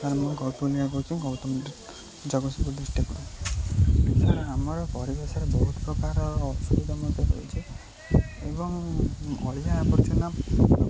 ମୁଁ ଗୌତମିଆ କହୁଚି ଗୌତମ ଜଗତସିଂପୁର ଡିଷ୍ଟ୍ରିକ୍ଟରୁ ଆମର ପରିବେଶରେ ବହୁତ ପ୍ରକାରର ଅସୁବିଧା ମଧ୍ୟ ରହିଛି ଏବଂ ଅଳିଆ ଆବର୍ଜନା